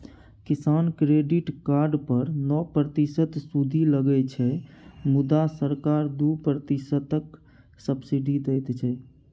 किसान credit card पर नौ प्रतिशतक सुदि लगै छै मुदा सरकार दु प्रतिशतक सब्सिडी दैत छै